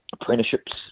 apprenticeships